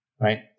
Right